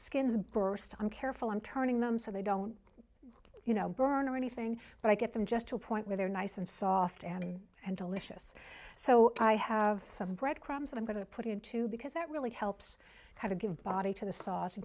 skins burst i'm careful i'm turning them so they don't you know burn or anything but i get them just to a point where they're nice and soft and and delicious so i have some bread crumbs i'm going to put in too because that really helps how to give body to the sauce